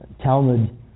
Talmud